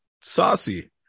saucy